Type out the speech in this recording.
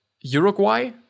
Uruguay